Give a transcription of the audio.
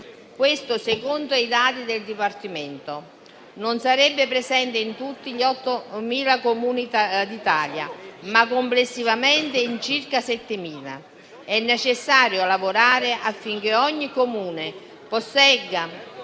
che - secondo i dati del Dipartimento - sarebbe presente non in tutti gli 8.000 Comuni d'Italia, ma complessivamente in circa 7.000. È necessario lavorare affinché ogni Comune possegga